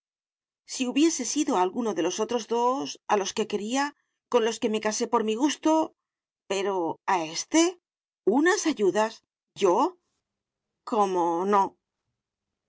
si hubiese sido a alguno de los otros dos a los que quería con los que me casé por mi gusto pero a éste unas ayudas yo como no